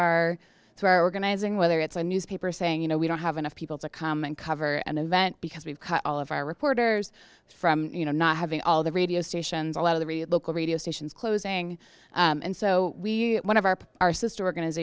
our to our organizing whether it's a newspaper saying you know we don't have enough people to come and cover an event because we've cut all of our reporters from you know not having all the radio stations a lot of the re a local radio stations closing and so we one of our our sister or